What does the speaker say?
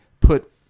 put